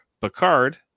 Picard